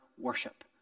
worship